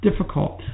difficult